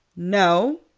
no.